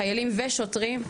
חיילים ושוטרים,